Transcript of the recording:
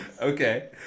Okay